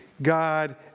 God